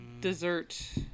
dessert